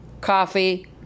coffee